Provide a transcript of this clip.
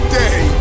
day